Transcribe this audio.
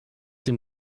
dem